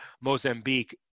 Mozambique